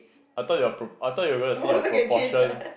I thought you I thought you were gonna say your proportion